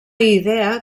idea